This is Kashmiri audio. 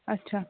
اچھا